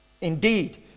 Indeed